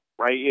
right